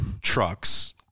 trucks